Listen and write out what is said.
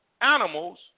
animals